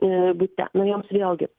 bute na joms vėlgi